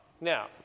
Now